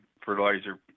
fertilizer